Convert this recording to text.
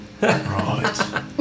Right